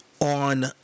on